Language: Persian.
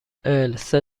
السه